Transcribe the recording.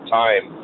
time